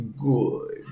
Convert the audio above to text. Good